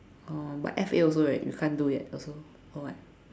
oh but F_A also right you can't do yet also or what